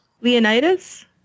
Leonidas